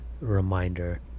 reminder